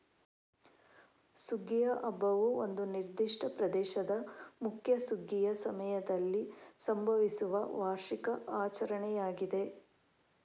ಸುಗ್ಗಿಯ ಹಬ್ಬವು ಒಂದು ನಿರ್ದಿಷ್ಟ ಪ್ರದೇಶದ ಮುಖ್ಯ ಸುಗ್ಗಿಯ ಸಮಯದಲ್ಲಿ ಸಂಭವಿಸುವ ವಾರ್ಷಿಕ ಆಚರಣೆಯಾಗಿದೆ